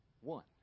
One